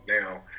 now